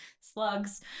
slugs